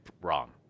wrong